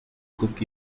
cook